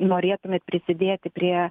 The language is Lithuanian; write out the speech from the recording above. norėtumėt prisidėti prie